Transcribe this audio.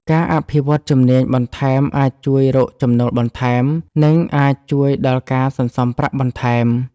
ការអភិវឌ្ឍជំនាញបន្ថែមអាចជួយរកចំណូលបន្ថែម និងអាចជួយដល់ការសន្សំប្រាក់បន្ថែម។